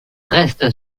reste